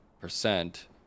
percent